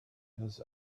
his